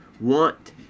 want